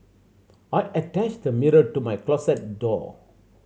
I attached a mirror to my closet door